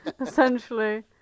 Essentially